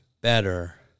better